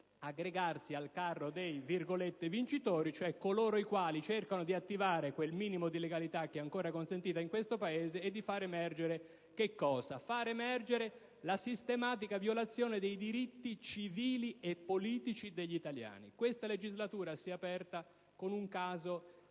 aggregarsi al carro dei «vincitori», a coloro cioè che cercano di attivare quel minimo di legalità ancora consentito in questo Paese, e di far emergere la sistematica violazione dei diritti civili e politici degli italiani. Questa legislatura si è aperta con un caso